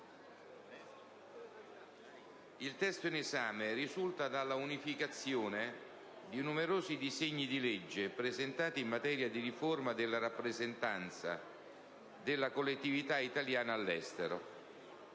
un testo che risulta dall'unificazione dei numerosi disegni di legge presentati in materia di riforma della rappresentanza delle collettività italiane all'estero.